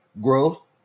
growth